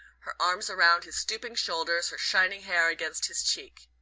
her arms around his stooping shoulders, her shining hair against his cheek.